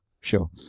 Sure